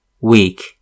weak